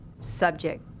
subject